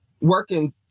working